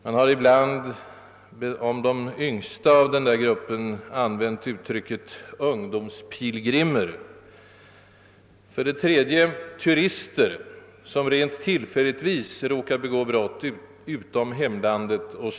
Man har ibland om de yngsta inom denna grupp använt uttrycket ungdomspilgrimer. 3. Turister som rent tillfälligtvis råkar begå brott utom hemlandet. 4.